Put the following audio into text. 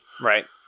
right